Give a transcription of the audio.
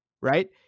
right